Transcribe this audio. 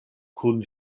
kun